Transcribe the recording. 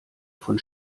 von